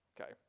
Okay